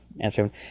answering